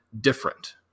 different